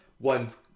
One's